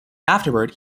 afterward